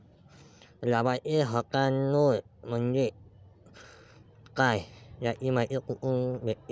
लाभार्थी हटोने म्हंजे काय याची मायती कुठी भेटन?